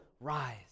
rise